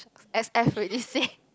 S_F already say